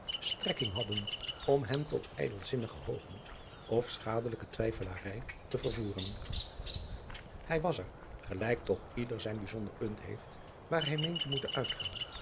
strekking haden om hem tot ijdelzinnigen hoogmoed of schadelijke twijfelarij te vervoeren hij was er gelijk toch ieder zijn bijzonder punt heeft waar hij meent te moeten uitgaan